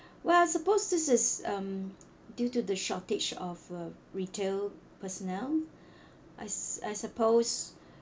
well I suppose this is um due to the shortage of uh retail personnel I I suppose